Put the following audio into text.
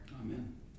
Amen